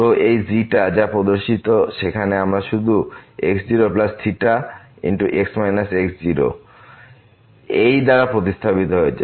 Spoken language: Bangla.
তো এই যা প্রদর্শিত সেখানে আমরা শুধু x0θx x0 0θ1এই দ্বারা প্রতিস্থাপিত হয়েছে